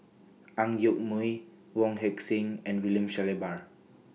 Ang Yoke Mooi Wong Heck Sing and William Shellabear